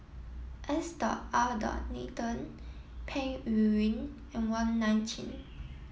S R Nathan Peng Yuyun and Wong Nai Chin